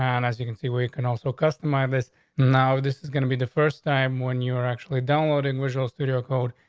and as you can see where you can also customize it now, this is gonna be the first time when you're actually downloading visual studio code.